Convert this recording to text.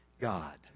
God